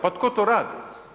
Pa tko to radi?